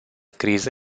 criză